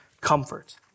comfort